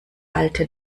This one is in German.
alte